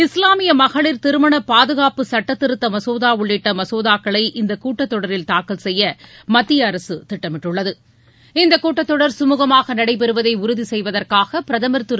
இஸ்லாமிய மகளிர் திருமண பாதுகாப்பு சட்டத்திருத்த மசோதா உள்ளிட்ட மசோதாக்களை இந்தக் கூட்டத்தொடரில் தாக்கல் செய்ய மத்திய அரசு திட்டமிட்டுள்ளது இந்தக் கூட்டத்தொடர் கமுகமாக நடைபெறுவதை உறுதி செய்வதற்காக பிரதமர் திரு